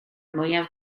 mwyaf